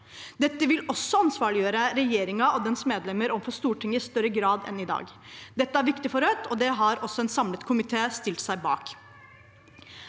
Det vil også ansvarliggjøre regjeringen og dens medlemmer overfor Stortinget i større grad enn i dag. Dette er viktig for Rødt, og det har også en samlet komité stilt seg bak.